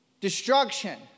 Destruction